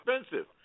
expensive